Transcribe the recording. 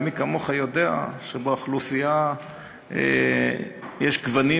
ומי כמוך יודע שבאוכלוסייה יש גוונים